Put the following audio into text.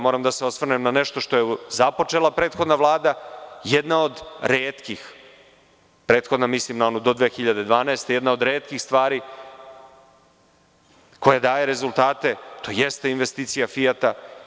Moram da se osvrnem na nešto što je započela prethodna Vlada, jedna od retkih, prethodna, mislim na onu 2012. godine, stvari koja daje rezultate, a to jeste investicija „Fijata“